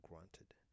granted